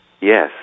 Yes